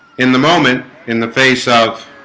in the moment in the face of